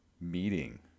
meeting